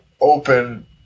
open